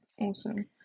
awesome